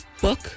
book